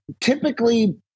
typically